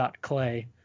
Clay